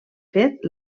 fet